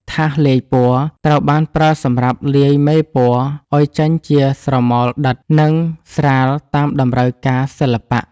ថាសលាយពណ៌ ត្រូវបានប្រើសម្រាប់លាយមេពណ៌ឱ្យចេញជាស្រមោលដិត និងស្រាលតាមតម្រូវការសិល្បៈ។